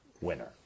winner